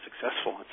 successful